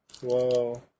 Whoa